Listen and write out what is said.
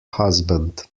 husband